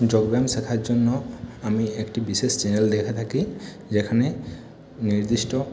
যোগব্যায়াম শেখার জন্য আমি একটি বিশেষ চ্যানেল দেখে থাকি যেখানে নির্দিষ্ট